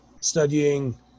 studying